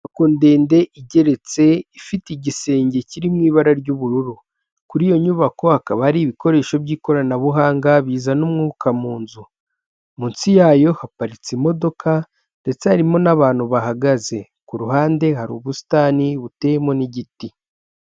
Inyubako ndende igeretse, ifite igisenge kiri mu ibara ry'ubururu, kuri iyo nyubako hakaba hari ibikoresho by'ikoranabuhanga bizana umwuka mu nzu, munsi yayo haparitse imodoka ndetse harimo n'abantu bahagaze, ku ruhande hari ubusitani buteyemo n'igiti.